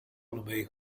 economy